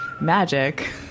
Magic